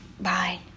Bye